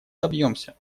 добьемся